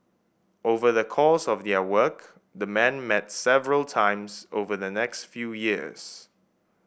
over the course of their work the men met several times over the next few years